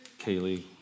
Kaylee